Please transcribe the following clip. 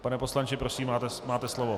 Pane poslanče, prosím, máte slovo.